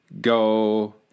go